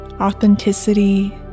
authenticity